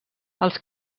els